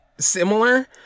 similar